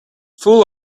full